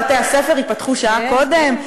בתי-הספר ייפתחו שעה קודם,